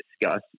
discuss